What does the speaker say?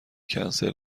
کنسل